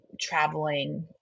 traveling